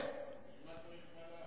בשביל מה צריך ול"ל?